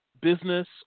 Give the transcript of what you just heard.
business